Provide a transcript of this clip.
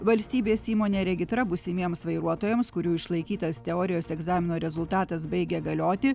valstybės įmonė regitra būsimiems vairuotojams kurių išlaikytas teorijos egzamino rezultatas baigia galioti